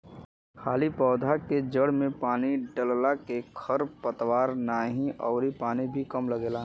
खाली पौधा के जड़ में पानी डालला के खर पतवार नाही अउरी पानी भी कम लगेला